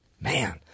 Man